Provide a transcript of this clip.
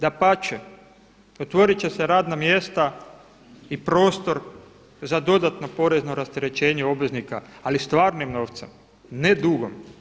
Dapače, otvorit će se radna mjesta i prostor za dodatno porezno rasterećenje obveznika, ali stvarnim novcem, ne dugom.